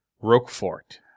Roquefort